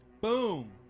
Boom